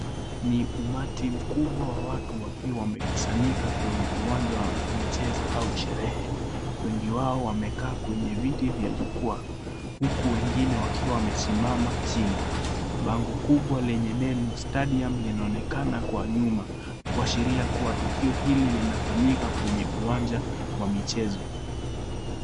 Ni, umati mkubwa wa watu wakiwa wamekusanyika kwenye uwanja wa michezo au sherehe, wengi wao wamekaa kwenye viti vya jukwaa, huku wengine wakiwa wamesimama chini, bango kubwa lenye neno,(cs) stadium(cs), linaonekana kwa nyuma, kuashiria kuwa tukio hili linafanyika kwenye uwanja, wa michezo.